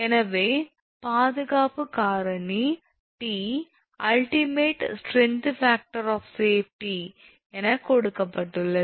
எனவே பாதுகாப்பு காரணி T 𝑢𝑙𝑡𝑖𝑚𝑎𝑡𝑒 𝑠𝑡𝑟𝑒𝑛𝑔𝑡ℎ𝑓𝑎𝑐𝑡𝑜𝑟 𝑜𝑓 𝑠𝑎𝑓𝑒𝑡𝑦 என்று கொடுக்கப்பட்டுள்ளது